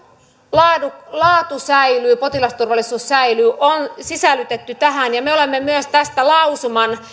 laatu laatu säilyy potilasturvallisuus säilyy on sisällytetty tähän ja me olemme tästä myös lausuman